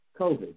COVID